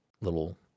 little